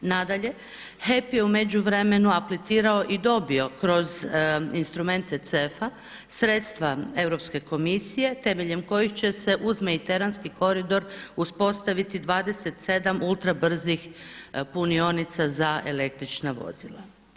Nadalje, HEP je u međuvremenu aplicirao i dobio kroz instrumente CEF-a sredstva Europske komisije temeljem kojih će se uz mediteranski koridor uspostaviti 27 ultrabrzih punionica za električna vozila.